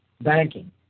Banking